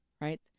right